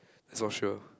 social